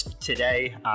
today